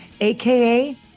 AKA